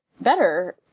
better